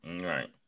Right